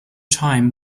time